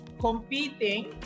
competing